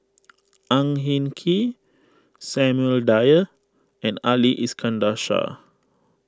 Ang Hin Kee Samuel Dyer and Ali Iskandar Shah